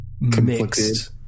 mixed